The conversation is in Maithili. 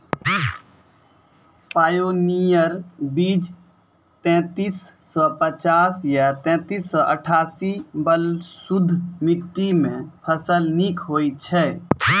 पायोनियर बीज तेंतीस सौ पचपन या तेंतीस सौ अट्ठासी बलधुस मिट्टी मे फसल निक होई छै?